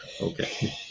okay